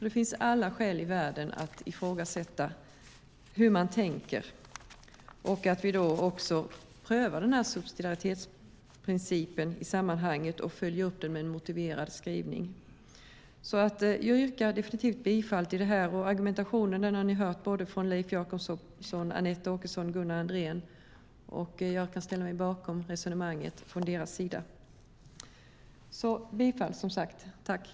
Det finns alltså alla skäl i världen att ifrågasätta hur man tänker och att vi då också prövar den här subsidiaritetsprincipen i sammanhanget och följer upp den med en motiverad skrivning. Argumentationen har ni hört från Leif Jakobsson och Anette Åkesson såväl som från Gunnar Andrén. Jag ställer mig bakom deras resonemang och yrkar som sagt bifall till utskottets förslag.